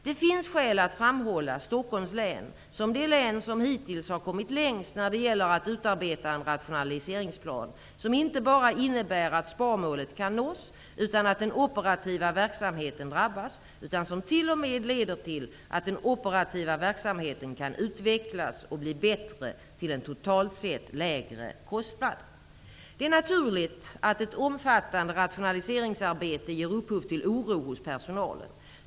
Det finns skäl att framhålla Stockholms län som det län som hittills har kommit längst när det gäller att utarbeta en rationaliseringsplan som inte bara innebär att sparmålet kan nås utan att den operativa verksamheten drabbas, utan som t.o.m. leder till att den operativa verksamheten kan utvecklas och bli bättre till en totalt sett lägre kostnad. Det är naturligt att ett omfattande rationaliseringsarbete ger upphov till oro hos personalen.